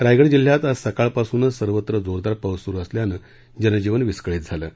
रायगड जिल्हयात आज सकाळ पासूनच सर्वत्र जोरदार पाऊस सुरु असल्यानं जनजीवन विस्कळीत झालं आहे